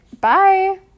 Bye